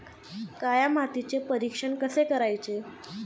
काळ्या मातीचे परीक्षण कसे करायचे?